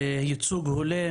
ייצוג הולם